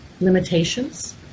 limitations